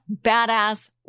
badass